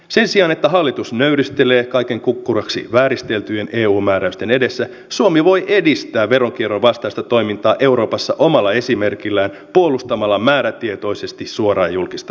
sen sijaan että hallitus nöyristelee kaiken kukkuraksi vääristeltyjen eu määräysten edessä suomi voi edistää veronkierron vastaista toimintaa euroopassa omalla esimerkillään puolustamalla määrätietoisesti suoraa ja julkista omistamista